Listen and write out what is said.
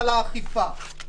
אבל האכיפה,